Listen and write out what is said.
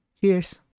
cheers